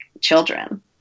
children